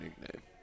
nickname